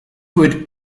with